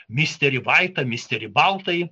misterį vaitą misterį baltąjį